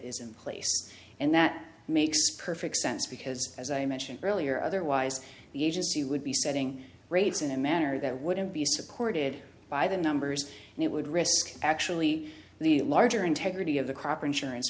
is in place and that makes perfect sense because as i mentioned earlier otherwise the agency would be setting rates in a manner that wouldn't be supported by the numbers and it would risk actually the larger integrity of the crop insurance